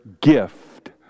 gift